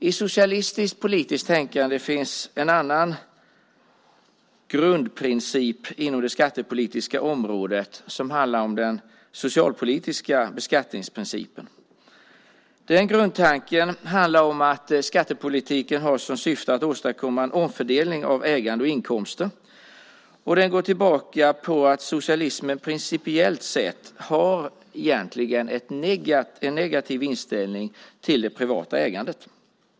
I socialistiskt politiskt tänkande finns en annan grundprincip inom det skattepolitiska området som handlar om den socialpolitiska beskattningsprincipen. Den grundtanken handlar om att skattepolitiken har som syfte att åstadkomma en omfördelning av ägande och inkomster. Den går tillbaka på att socialismen principiellt sett egentligen har en negativ inställning till det privata ägandet.